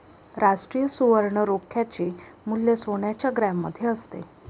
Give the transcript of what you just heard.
राष्ट्रीय सुवर्ण रोख्याचे मूल्य सोन्याच्या ग्रॅममध्ये असते